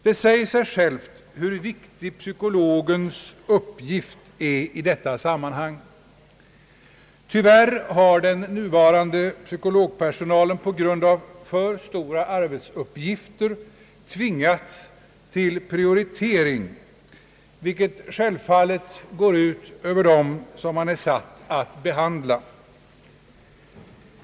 Det säger sig självt hur viktig psykologens uppgift är vid dessa skolor. Tyvärr har den nuvarande psykologpersonalen på grund av alltför stora arbetsuppgifter tvingats att tillämpa en prioritering, vilket självfallet går ut över dem som man är satt att behandla.